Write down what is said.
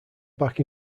back